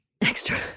Extra